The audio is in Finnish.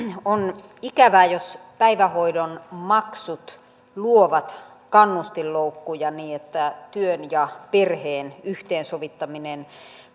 on ikävää jos päivähoidon maksut luovat kannustinloukkuja niin että työn ja perheen yhteensovittaminen